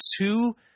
two